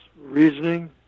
reasoning